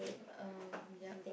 uh yup